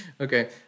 Okay